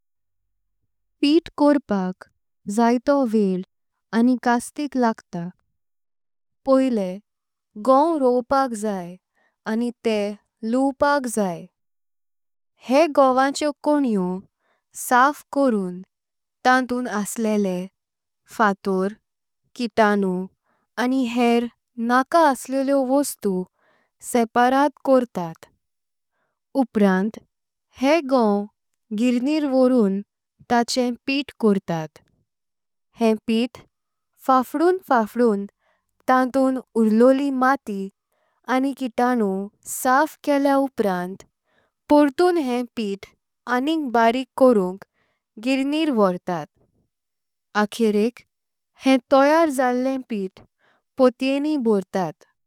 पीट कोरपाक जातो वेळ आनी आनी कास्तिक लागत। पहिले गांव रोवपाक जाय आनी ते लवपाक जाय हे गांवाचे। कोणेओ साफ करून तांतून असलेले फाटोर किताणु। आनी हेर नाका असलेलें वस्तु सेपाराध कोर्तात उपरांत हे। गांव गिरनिर वरून ताचे पीट कोर्तात हेम पीट फाफडून। फाफडून तांतून उरलोली मत्ती आनी किताणु साफ केले। अपरण्त पोरती हे पीट आनिक बारिक कोरुंक गिरनिर। वोरतात एकरेक हेम तोयार जालेम पीट पोत्येनी भारतात।